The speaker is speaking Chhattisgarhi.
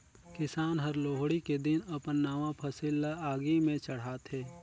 किसान हर लोहड़ी के दिन अपन नावा फसिल ल आगि में चढ़ाथें